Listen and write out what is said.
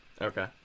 Okay